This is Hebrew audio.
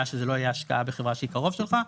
שזה לא היה השקעה בחברה שהיא קרוב שלך,